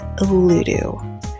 Ludo